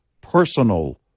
personal